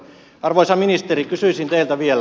arvoisa ministeri kysyisin teiltä vielä